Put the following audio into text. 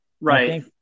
Right